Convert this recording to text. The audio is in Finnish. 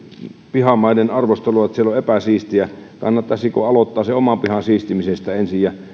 pihamaiden arvostelua että siellä on epäsiistiä kannattaisiko aloittaa se oman pihan siistimisestä ensin ja